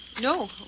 No